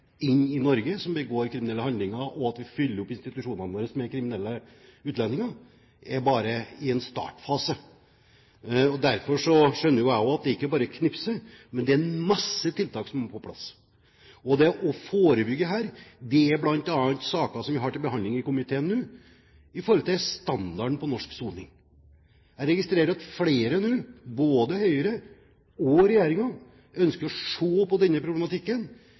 utlendinger, bare er i en startfase. Derfor skjønner jo jeg også at det ikke bare er å knipse, men at det er en masse tiltak som må på plass. Det å forebygge er blant saker som vi har til behandling i komiteen nå i forhold til standarden på norsk soning. Jeg registrerer at flere nå, både Høyre og regjeringen, ønsker å se på problematikken